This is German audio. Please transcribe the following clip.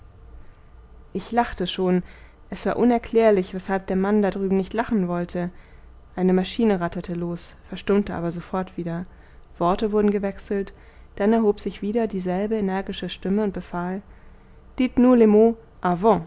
ich lachte schon es war unerklärlich weshalb der mann da drüben nicht lachen wollte eine maschine ratterte los verstummte aber sofort wieder worte wurden gewechselt dann erhob sich wieder dieselbe energische stimme und befahl dites nous